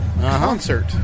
concert